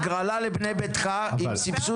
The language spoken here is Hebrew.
הגרלה לבנה ביתך עם סבסוד.